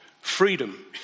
Freedom